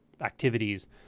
activities